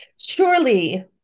surely